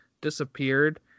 disappeared